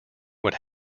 would